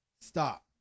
stop